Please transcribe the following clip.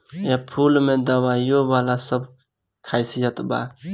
एह फूल में दवाईयो वाला सब खासियत बा